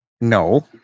No